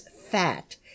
fat